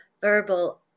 verbal